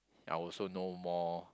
I will also know more